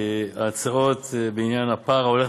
הצעות לסדר-היום בעניין הפער ההולך